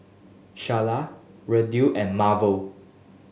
Sharla Randle and Marvel